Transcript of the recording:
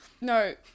No